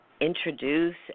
introduce